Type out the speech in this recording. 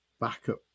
backup